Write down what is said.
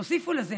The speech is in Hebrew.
תוסיפו לזה